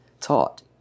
taught